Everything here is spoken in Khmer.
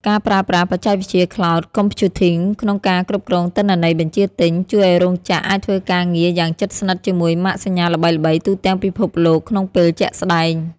ការប្រើប្រាស់បច្ចេកវិទ្យា Cloud Computing ក្នុងការគ្រប់គ្រងទិន្នន័យបញ្ជាទិញ ជួយឱ្យរោងចក្រអាចធ្វើការងារយ៉ាងជិតស្និទ្ធជាមួយម៉ាកសញ្ញាល្បីៗទូទាំងពិភពលោកក្នុងពេលជាក់ស្ដែង។